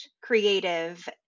creative